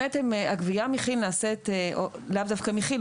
הגבייה לאו דווקא מכי"ל,